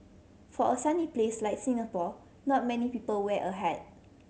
for a sunny place like Singapore not many people wear a hat